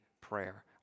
prayer